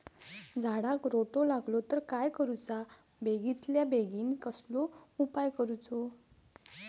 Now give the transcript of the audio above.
झाडाक रोटो लागलो तर काय करुचा बेगितल्या बेगीन कसलो उपाय करूचो?